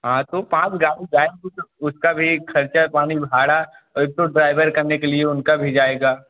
हाँ तो पाँच गाड़ी जाएँगी तो उसका भी खर्चा पानी भाड़ा एक तो ड्राइवर करने के लिए उनका भी जाएगा